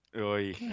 Oi